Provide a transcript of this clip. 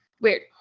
Weird